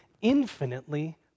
infinitely